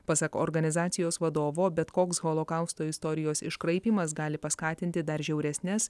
pasak organizacijos vadovo bet koks holokausto istorijos iškraipymas gali paskatinti dar žiauresnes